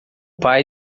pai